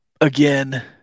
Again